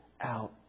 out